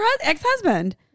ex-husband